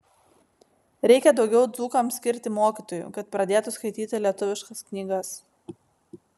reikia daugiau dzūkams skirti mokytojų kad pradėtų skaityti lietuviškas knygas